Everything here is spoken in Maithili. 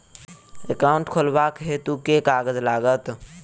एकाउन्ट खोलाबक हेतु केँ कागज लागत?